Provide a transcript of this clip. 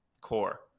core